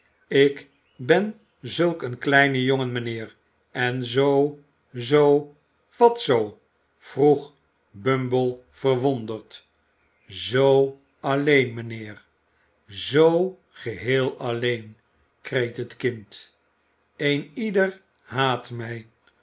ik ben zulk een kleine jongen mijnheer en zoo zoo wat zoo vroeg bumble verwonderd zoo alléén mijnheer zoo geheel alléén kreet het kind een ieder haat mij